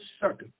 second